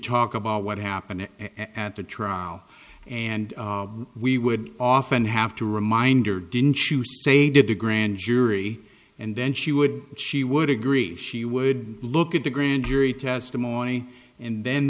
about what happened at the trial and we would often have to remind her didn't choose to say did a grand jury and then she would she would agree she would look at the grand jury testimony and then